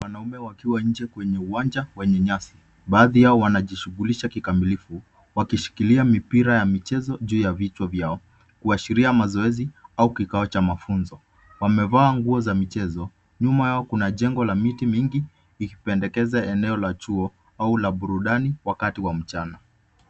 Wanaume wakiwa nje kwenye uwanja wenye nyasi. Baadhi yao wanajishughulisha kikamilifu wakishikilia mipira ya michezo juu ya vichwa vyao kuashiria mazoezi au kikao cha mafunzo. Wamevaa nguo za michezo. Nyuma yao kuna jengo la miti mingi ikipenyeza eyeo la chuo au la burudani wakati wa mchana.